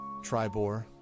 Tribor